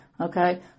Okay